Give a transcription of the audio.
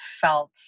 felt